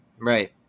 Right